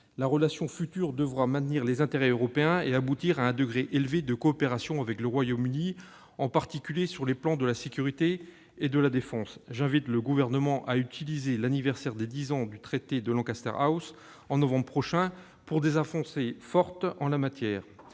La relation future devra maintenir les intérêts européens et aboutir à un degré élevé de coopération avec le Royaume-Uni, en particulier sur les plans de la sécurité et de la défense. J'invite le Gouvernement à profiter de la célébration des dix ans du traité de Lancaster House, en novembre prochain, pour obtenir des avancées fortes en la matière.